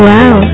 Wow